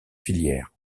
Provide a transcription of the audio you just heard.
filière